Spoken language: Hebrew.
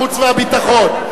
חוץ וביטחון.